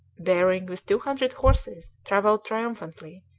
behring, with two hundred horses, travelled triumphantly,